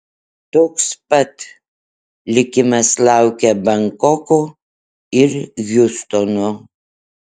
toks pat likimas laukia bankoko ir hjustono